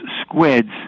squids